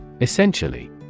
Essentially